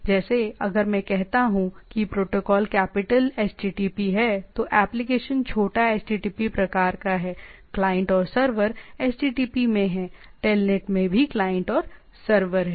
जैसे अगर मैं कहता हूं कि प्रोटोकॉल कैपिटल HTTP है तो एप्लिकेशन छोटा http प्रकार का है क्लाइंट और सर्वर HTTP में है टेलनेट में भी क्लाइंट और सर्वर है